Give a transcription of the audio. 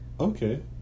okay